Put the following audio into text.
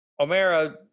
Omera